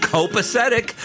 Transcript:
Copacetic